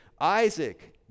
Isaac